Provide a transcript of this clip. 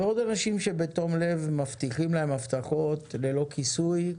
וכך יש עוד אנשים שפועלים בתום-לב ומבטיחים להם הבטחות ללא כיסוי.